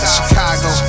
Chicago